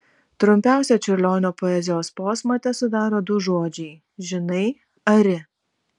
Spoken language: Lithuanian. trumpiausią čiurlionio poezijos posmą tesudaro du žodžiai žinai ari